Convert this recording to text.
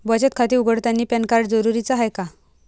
बचत खाते उघडतानी पॅन कार्ड जरुरीच हाय का?